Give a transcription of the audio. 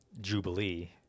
Jubilee